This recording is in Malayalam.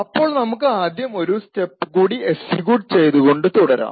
അപ്പോൾ നമുക്ക് ആദ്യം ഒരു സ്റ്റെപ് കൂടി എക്സിക്യൂട്ട് ചെയ്തുകൊണ്ട് തുടരാം